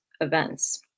events